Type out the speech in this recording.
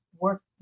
work